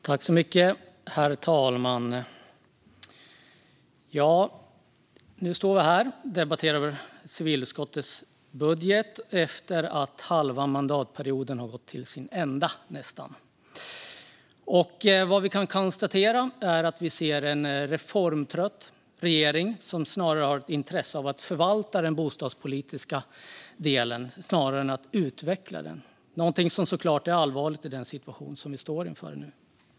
Herr talman! Ja, nu står vi här och debatterar civilutskottets budget efter att halva mandatperioden nästan har gått till ända. Vad vi kan konstatera är att vi ser en reformtrött regering som snarare har intresse av att förvalta den bostadspolitiska delen än att utveckla den. Det är såklart allvarligt i den situation som vi står i.